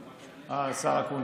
אה, השר אקוניס.